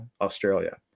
Australia